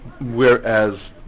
whereas